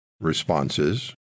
responses